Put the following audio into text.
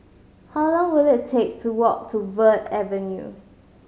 how long will it take to walk to Verde Avenue